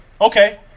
Okay